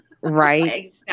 Right